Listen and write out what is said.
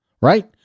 right